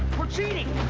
porcini!